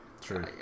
true